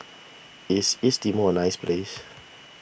is East Timor a nice place